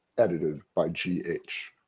edited by g. h.